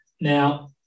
Now